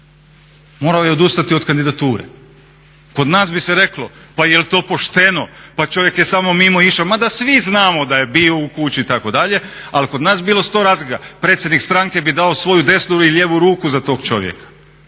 morao je odustati od kandidature. Kod nas bi se reklo pa jel to pošteno, pa čovjek je samo mimo išao, mada svi znamo da je bio u kući itd., ali kod nas bi bilo sto razloga. Predsjednik stranke bi dao svoju desnu ili lijevu ruku za tog čovjeka.